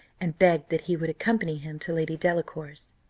and begged that he would accompany him to lady delacour's.